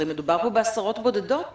הרי מדובר פה בעשרות בודדות.